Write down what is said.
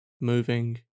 moving